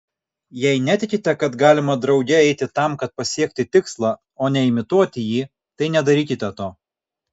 jei netikite kad galima drauge eiti tam kad pasiekti tikslą o ne imituoti jį tai nedarykite to